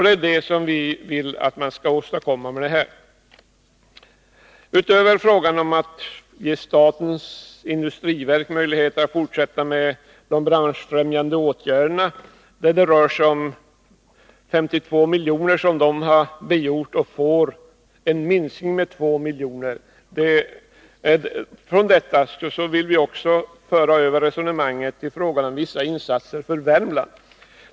Det är detta vi vill att man åstadkommer med detta förslag. Statens industriverk har begärt 52 milj.kr. för att fortsätta med de branschfrämjande åtgärderna, och det får en minskning med 2 milj.kr. Vi vill med detta som utgångspunkt ta upp ett resonemang om vissa insatser för Värmland.